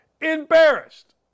Embarrassed